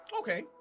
Okay